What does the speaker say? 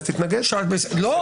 לא.